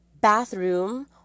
bathroom